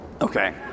Okay